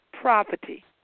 property